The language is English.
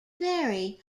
vary